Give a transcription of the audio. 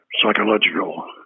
psychological